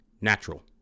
Natural